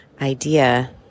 idea